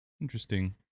Interesting